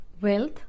wealth